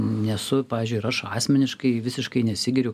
nesu pavyzdžiui ir aš asmeniškai visiškai nesigiriu